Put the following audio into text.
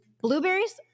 Blueberries